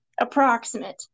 Approximate